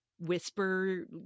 whisper